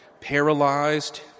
paralyzed